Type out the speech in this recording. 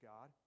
God